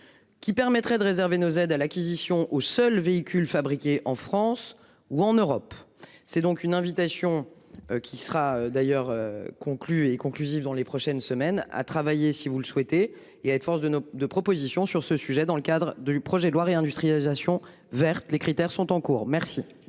Qui permettrait de réserver nos aide à l'acquisition aux seuls véhicules fabriqués en France ou en Europe. C'est donc une invitation. Qui sera d'ailleurs conclu et conclusif dans les prochaines semaines à travailler si vous le souhaitez et être force de nos de propositions sur ce sujet dans le cadre du projet de loi réindustrialisation verte. Les critères sont en cours. Merci.